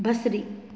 बसरी